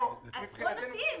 פה, מבחינתנו --- אז בוא נתאים.